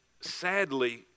sadly